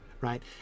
right